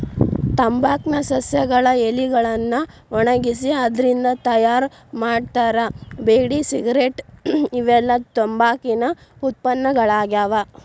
ತಂಬಾಕ್ ನ ಸಸ್ಯಗಳ ಎಲಿಗಳನ್ನ ಒಣಗಿಸಿ ಅದ್ರಿಂದ ತಯಾರ್ ಮಾಡ್ತಾರ ಬೇಡಿ ಸಿಗರೇಟ್ ಇವೆಲ್ಲ ತಂಬಾಕಿನ ಉತ್ಪನ್ನಗಳಾಗ್ಯಾವ